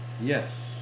Yes